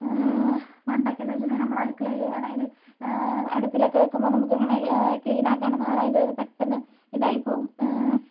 പണ്ടൊക്കെയെന്ന് വെച്ചിട്ടുണ്ടെങ്കിൽ നമ്മൾ അടുക്കളയിൽ അതായത് അടുപ്പിലൊക്കെ വയ്ക്കുമ്പോൾ നമുക്ക് അങ്ങനെ ക്ലീൻ ആക്കാനൊന്നും അതായത് പെട്ടന്ന് ഇതായിപ്പോവും